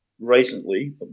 recently